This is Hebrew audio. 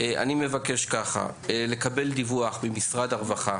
אני מבקש ככה: לקבל דיווח ממשרד הרווחה